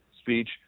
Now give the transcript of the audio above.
speech